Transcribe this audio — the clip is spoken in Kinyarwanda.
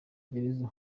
gereza